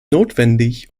notwendig